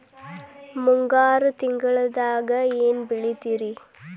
ಮುಂಗಾರು ತಿಂಗಳದಾಗ ಏನ್ ಬೆಳಿತಿರಿ?